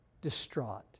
distraught